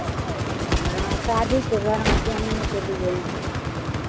हाँ शादी के घर में पहनने के लिए